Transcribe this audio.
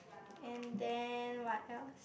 and then what else